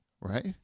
Right